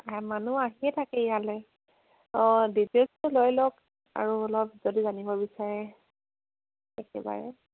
মানুহ আহিয়ে থাকে ইয়ালে অঁ ডিটেইলছটো লৈ লওক আৰু অলপ যদি জানিব বিচাৰে একেবাৰে